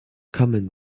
command